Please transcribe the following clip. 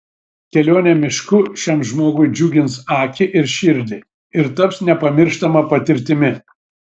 kelionė mišku šiam žmogui džiugins akį ir širdį ir taps nepamirštama patirtimi